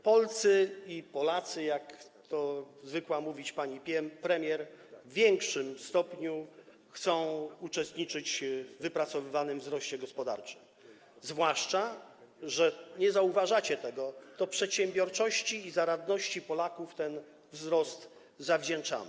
Polcy i Polacy, jak to zwykła mówić pani premier, w większym stopniu chcą uczestniczyć w wypracowywanym wzroście gospodarczym, zwłaszcza że - nie zauważacie tego - to przedsiębiorczości i zaradności Polaków ten wzrost zawdzięczamy.